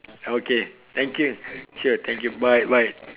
okay thank you sure thank you bye bye